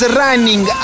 running